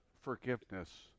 forgiveness